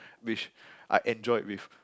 which I enjoyed with